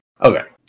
Okay